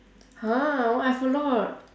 !huh! why I've a lot